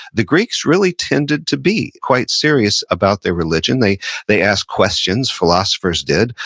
the greeks really tended to be quite serious about their religion. they they asked questions, philosophers did,